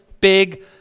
big